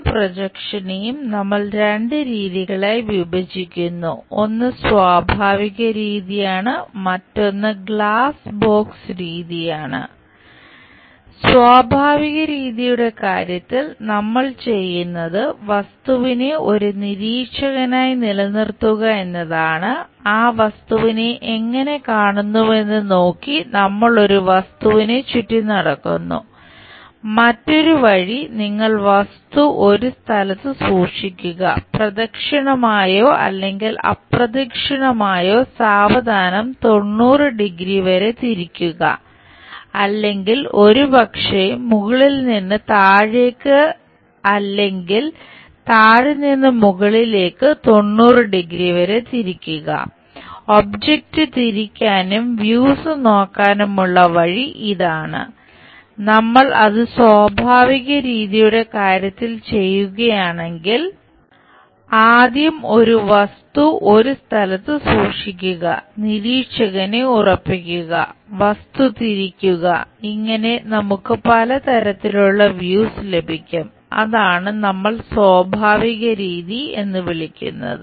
ഏതു പ്രൊജക്ഷനെയും നമ്മൾ രണ്ട് രീതികളായി വിഭജിക്കുന്നു ഒന്ന് സ്വാഭാവിക രീതിയാണ് മറ്റൊന്ന് ഗ്ലാസ് ബോക്സ് ലഭിക്കും അതാണ് നമ്മൾ സ്വാഭാവിക രീതി എന്ന് വിളിക്കുന്നത്